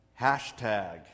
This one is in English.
Hashtag